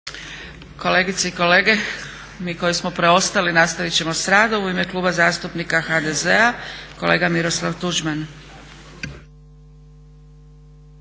Kolegice i kolege, mi koji smo preostali nastavit ćemo sa radom. U ime Kluba zastupnika HDZ-a kolega Miroslav Tuđman. **Tuđman,